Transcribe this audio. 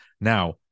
Now